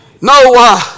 No